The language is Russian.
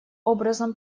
образом